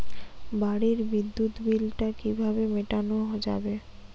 বাড়ির বিদ্যুৎ বিল টা কিভাবে মেটানো যাবে?